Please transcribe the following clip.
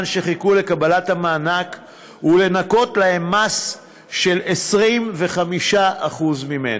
שחיכו לקבלת המענק ולנכות להם מס של 25% ממנו.